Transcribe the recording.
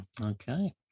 okay